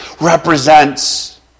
represents